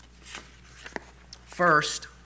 First